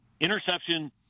interception